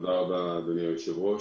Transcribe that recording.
תודה רבה, אדוני היושב-ראש.